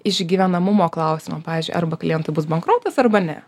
išgyvenamumo klausimu pavyzdžiui arba klientui bus bankrotas arba ne